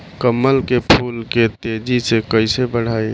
कमल के फूल के तेजी से कइसे बढ़ाई?